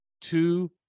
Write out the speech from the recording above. two